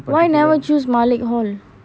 why never choose maalik hall